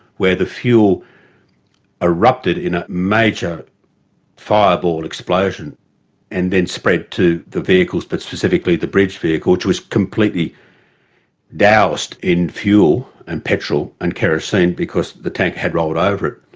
where the fuel erupted in a major fireball and explosion and then spread to the vehicles, but specifically the bridge vehicle, which was completely doused in fuel and petrol and kerosene because the tanker had rolled over it.